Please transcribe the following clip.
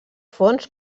fons